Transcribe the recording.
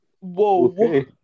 whoa